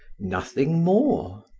nothing more.